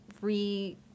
re